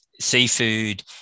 seafood